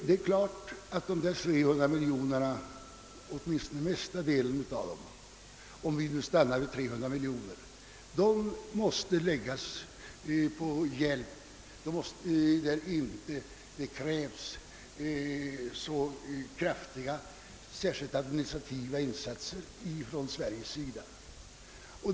Det är klart att dessa 300 miljoner kronor i ökning — om vi nu stannar för det beloppet — åtminstone till större delen måste läggas på hjälp, för vilken det inte krävs så stora personella insatser från Sveriges sida.